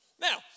Now